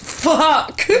fuck